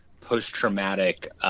post-traumatic